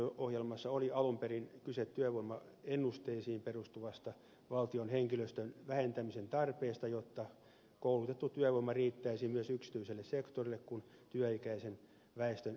valtion tuottavuusohjelmassa oli alun perin kyse työvoimaennusteisiin perustuvasta valtion henkilöstön vähentämisen tarpeesta jotta koulutettu työvoima riittäisi myös yksityiselle sektorille kun työikäisen väestön määrä vähenee